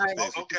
Okay